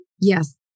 yes